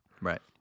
Right